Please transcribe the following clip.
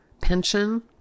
pension